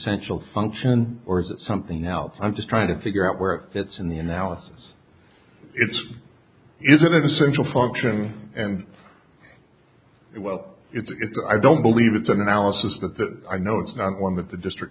essential function or is it something else i'm just trying to figure out where it fits in the analysis it's is it essential function and well it's a i don't believe it's an analysis that that i know it's not one that the district